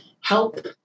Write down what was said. help